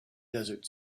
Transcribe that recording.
desert